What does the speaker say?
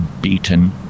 beaten